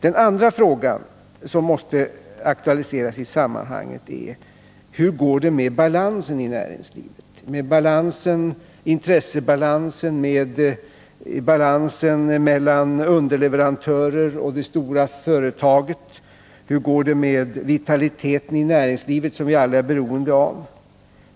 För det andra måste man i detta sammanhang aktualisera hur det går med balansen i näringslivet — med intressebalansen och med balansen mellan underleverantörer och det stora företaget — liksom hur det går med vitaliteten i det näringsliv som vi alla är beroende av.